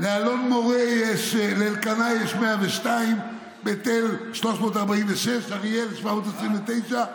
לאלקנה יש 102, בית אל, 346, אריאל, 729,